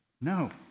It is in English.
No